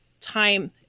time